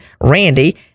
Randy